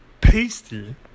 pasty